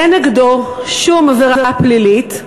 אין נגדו שום עבירה פלילית.